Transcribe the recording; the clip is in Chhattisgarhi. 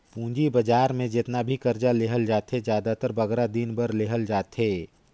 पूंजी बजार में जेतना भी करजा लेहल जाथे, जादातर बगरा दिन बर लेहल जाथे